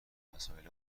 مسائل